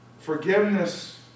Forgiveness